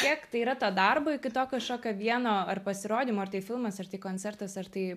kiek tai yra to darbo iki to kažkokio vieno ar pasirodymo ar tai filmas ar tai koncertas ar tai